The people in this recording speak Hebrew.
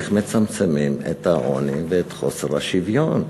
איך מצמצמים את העוני ואת חוסר השוויון.